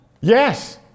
Yes